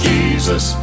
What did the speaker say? Jesus